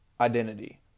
identity